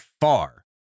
far